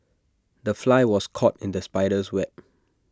the fly was caught in the spider's web